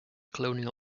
colonial